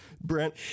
brent